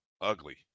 ugly